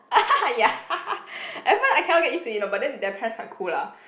ya at first I cannot get used to it you know but then their parents quite cool lah